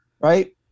Right